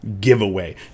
giveaway